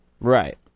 Right